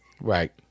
Right